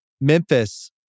Memphis